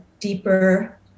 deeper